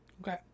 Okay